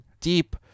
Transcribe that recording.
deep